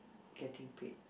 getting paid